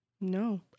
No